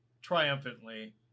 triumphantly